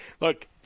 look